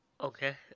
Okay